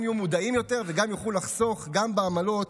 גם יהיו מודעים יותר וגם יוכלו לחסוך בעמלות